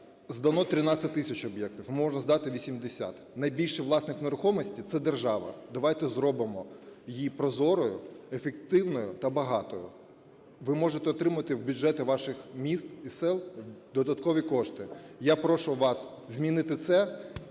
здано 13 тисяч об'єктів, а можем здати 80. Найбільший власник нерухомості – це держава, давайте зробимо її прозорою, ефективною та багатою. Ви можете отримувати в бюджети ваших міст і сіл додаткові кошти. Я прошу вас змінити це